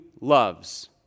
loves